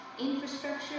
infrastructure